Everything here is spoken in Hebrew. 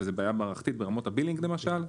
וזו בעיה מערכתית ברמות ה"בילינג" למשל,